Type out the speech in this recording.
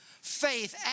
faith